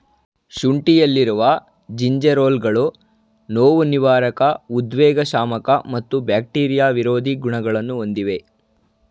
ಶುಂಠಿಯಲ್ಲಿರುವ ಜಿಂಜೆರೋಲ್ಗಳು ನೋವುನಿವಾರಕ ಉದ್ವೇಗಶಾಮಕ ಮತ್ತು ಬ್ಯಾಕ್ಟೀರಿಯಾ ವಿರೋಧಿ ಗುಣಗಳನ್ನು ಹೊಂದಿವೆ